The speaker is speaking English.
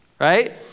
right